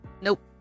nope